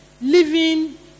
living